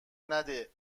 نده